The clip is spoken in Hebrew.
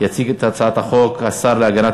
הצעת החוק עברה בקריאה